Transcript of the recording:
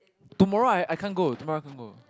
tomorrow I I can't go tomorrow I can't go